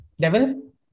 Devil